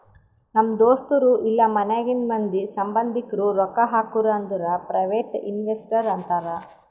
ನಮ್ ದೋಸ್ತರು ಇಲ್ಲಾ ಮನ್ಯಾಗಿಂದ್ ಮಂದಿ, ಸಂಭಂದಿಕ್ರು ರೊಕ್ಕಾ ಹಾಕುರ್ ಅಂದುರ್ ಪ್ರೈವೇಟ್ ಇನ್ವೆಸ್ಟರ್ ಅಂತಾರ್